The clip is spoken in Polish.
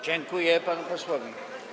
Dziękuję panu posłowi.